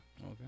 Okay